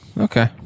Okay